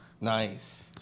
Nice